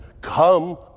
come